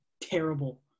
terrible